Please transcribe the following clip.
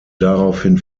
daraufhin